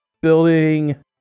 building